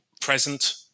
present